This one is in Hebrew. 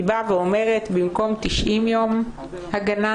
היא אומרת שבמקום 90 ימים הגנה,